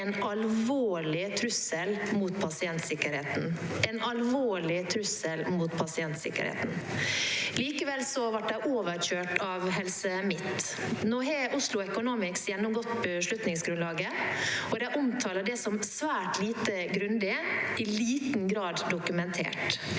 en alvorlig trussel mot pasientsikkerheten – en alvorlig trussel mot pasientsikkerheten. Likevel ble de overkjørt av Helse Midt-Norge. Nå har Oslo Economics gjennomgått beslutningsgrunnlaget, og de omtaler det som svært lite grundig og i liten grad dokumentert.